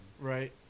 Right